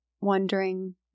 wondering